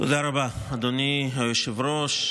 תודה רבה, אדוני היושב-ראש.